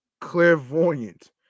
clairvoyant